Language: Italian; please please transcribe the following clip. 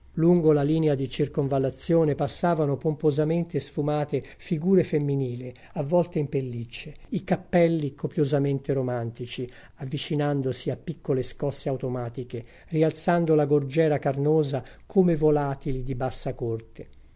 lungo la linea di circonvallazione passavano pomposamente sfumate figure femminili avvolte in pellicce i cappelli copiosamente romantici avvicinandosi a piccole scosse automatiche rialzando la gorgiera carnosa come volatili di bassa corte